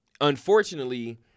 Unfortunately